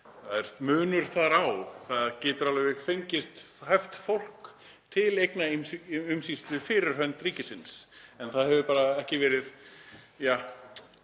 Það er munur þar á. Það getur alveg fengist hæft fólk til eignaumsýslu fyrir hönd ríkisins en það hefur bara ekki verið